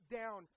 down